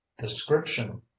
description